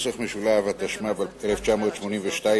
התשמ"ב 1982,